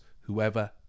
whoever